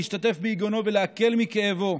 להשתתף ביגונו ולהקל את כאבו.